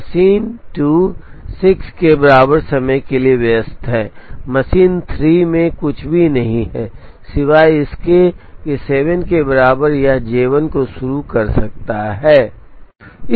machine 2 6 के बराबर समय के लिए व्यस्त है मशीन 3 में कुछ भी नहीं है सिवाय इसके कि 7 के बराबर यह J 1 को शुरू कर सकता है